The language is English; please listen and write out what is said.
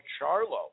Charlo